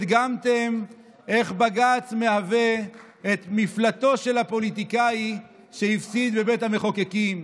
הדגמתם איך בג"ץ מהווה את מפלטו של הפוליטיקאי שהפסיד בבית המחוקקים.